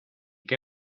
qué